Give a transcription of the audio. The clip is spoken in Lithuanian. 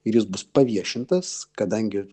ir jis bus paviešintas kadangi